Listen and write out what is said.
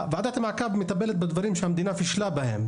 ועדת המעקב מטפלת בדברים שהמדינה פישלה בהם,